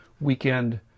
weekend